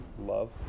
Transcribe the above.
love